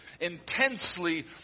Intensely